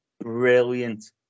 Brilliant